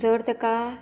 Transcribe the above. जर तेका